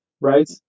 right